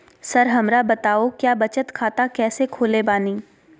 Sir हमरा बताओ क्या बचत खाता कैसे खोले बानी?